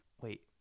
wait